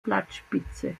blattspitze